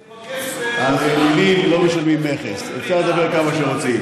על מילים לא משלמים מכס) אפשר לדבר כמה שרוצים.